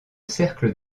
cercle